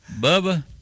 Bubba